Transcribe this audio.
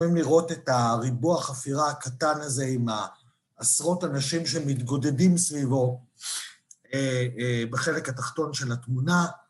‫אתם יכולים לראות את ריבוע החפירה הקטן הזה, ‫עם העשרות אנשים שמתגודדים סביבו ‫בחלק התחתון של התמונה.